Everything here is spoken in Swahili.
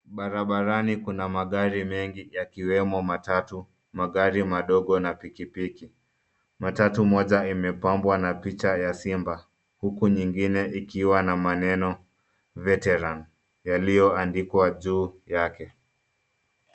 Barabarani kuna magari mengi yakiwemo matatu, magari madogo na pikipiki. Matatu moja imepambwa na picha ya simba, huku nyingine ikiwa na maneno veteran yaliyoandikwa juu yake.